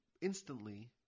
instantly